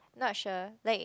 not sure like